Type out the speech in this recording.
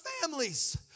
families